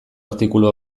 artikulu